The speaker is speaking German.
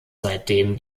seitdem